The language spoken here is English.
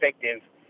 effective